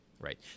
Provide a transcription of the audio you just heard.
right